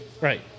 Right